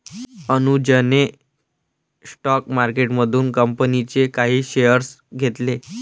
अनुजने स्टॉक मार्केटमधून कंपनीचे काही शेअर्स घेतले